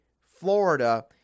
Florida